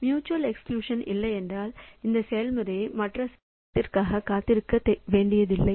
mutual exclusion இல்லை என்றால் எந்த செயல்முறையும் மற்ற செயலாக்கத்திற்காக காத்திருக்க வேண்டியதில்லை